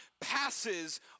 passes